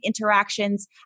interactions